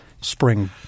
spring